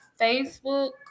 Facebook